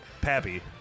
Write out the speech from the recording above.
Pappy